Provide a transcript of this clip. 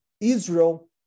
Israel